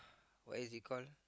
what is it call